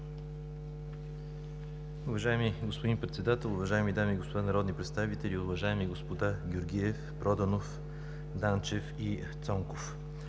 Уважаеми господин Председател, уважаеми дами и господа народни представители, уважаеми господа Георгиев, Проданов, Данчев и Цонков!